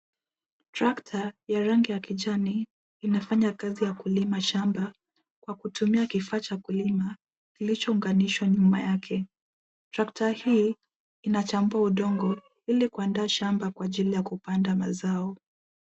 Tractor ya rangi ya kijani inafanya kazi ya kulima shamba kwa kutumia kifaa cha kulima kilichounganishwa nyuma yake. Tractor hii inachambua udongo ilikuandaa shamba kwa ajili ya kupanda mazao.